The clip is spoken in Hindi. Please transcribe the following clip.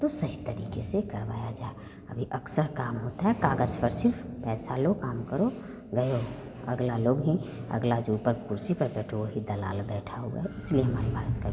तो सही तरीक़े से करवाया जाए अभी अक्सर काम होता है काग़ज़ पर सिर्फ पैसा लो काम करो गए अगला लोग ही अगला जो ऊपर कुर्सी पर बैठे वही दलाल बैठा हुआ है इसलिए हमारे भारत का